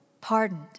pardoned